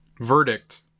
verdict